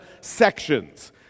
sections